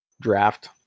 draft